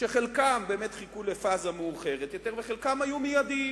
שחלקם באמת חיכו לפאזה מאוחרת יותר וחלקם היו מיידיים.